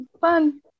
fun